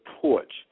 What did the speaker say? porch